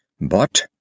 But